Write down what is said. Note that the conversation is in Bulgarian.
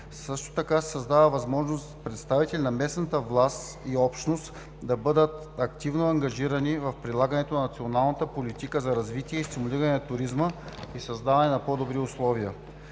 Също така се създава възможност представители на местната власт и общност да бъдат активно ангажирани в прилагането на националната политика за развитие и стимулиране на туризма и създаване на по-добри условия;